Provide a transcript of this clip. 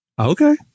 Okay